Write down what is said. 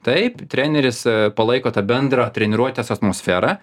taip treneris palaiko tą bendrą treniruotės atmosferą